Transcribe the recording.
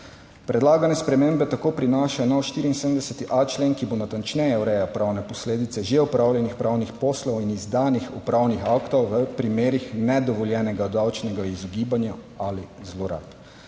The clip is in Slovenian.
Predlagane spremembe tako prinašajo nov 74.a člen, ki bo natančneje urejal pravne posledice že opravljenih pravnih poslov in izdanih upravnih aktov v primerih nedovoljenega davčnega izogibanja ali zlorab.